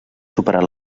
superat